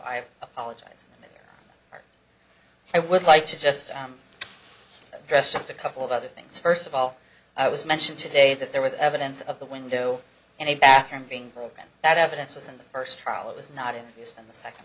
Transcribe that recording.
i apologize or i would like to just press just a couple of other things first of all i was mentioned today that there was evidence of the window in a bathroom being broken that evidence was in the first trial it was not in use in the second